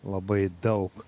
labai daug